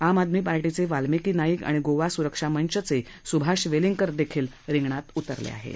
आम आदमी पार्टीचे वाल्मिकी नाईक आणि गोवा सुरक्षा मंच चे सुभाष वेलिंगकर हे देखील रिंगणात उतरलेत